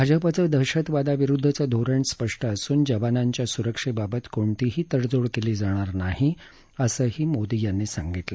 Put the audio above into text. भाजपाचं दहशतवादाविरुद्धचं धोरण स्पष्ट असून जवानांच्या स्रक्षेबाबत कोणतीही तडजोड केली जाणार नाही असंही मोदी यांनी सांगितलं